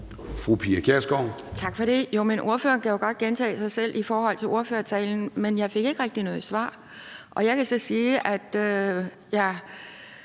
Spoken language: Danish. Pia Kjærsgaard (DF): Tak for det. Jo, men ordføreren kan jo bare gentage sig selv i forhold til ordførertalen. Men jeg fik ikke rigtig noget svar, og jeg kan så sige, at jeg